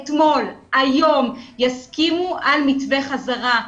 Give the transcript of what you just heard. אתמול, היום, יסכימו על מבנה חזרה.